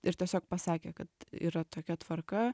ir tiesiog pasakė kad yra tokia tvarka